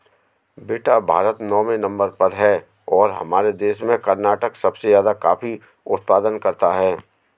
बेटा भारत नौवें नंबर पर है और हमारे देश में कर्नाटक सबसे ज्यादा कॉफी उत्पादन करता है